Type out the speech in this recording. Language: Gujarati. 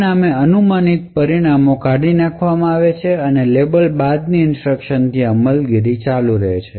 પરિણામે અનુમાનિત પરિણામો કાઢી નાખવામાં આવે છે અને લેબલ બાદની ઇન્સટ્રકશન થી અમલ ચાલુ રહે છે